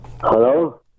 Hello